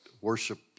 worship